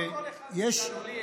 לא לכל אחד מאיתנו.